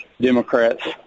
Democrats